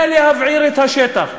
זה להבעיר את השטח.